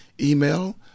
email